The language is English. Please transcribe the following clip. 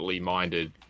minded